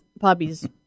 Puppies